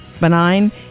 benign